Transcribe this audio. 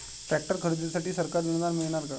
Tractor खरेदीसाठी सरकारी अनुदान मिळणार का?